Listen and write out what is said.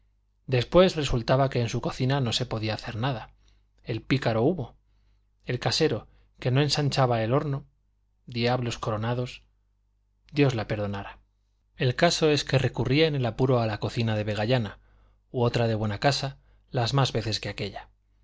después resultaba que en su cocina no se podía hacer nada el pícaro humo el casero que no ensanchaba el horno diablos coronados dios la perdonara el caso es que recurría en el apuro a la cocina de vegallana u otra de buena casa las más veces a aquella